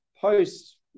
post